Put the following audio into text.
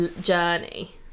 journey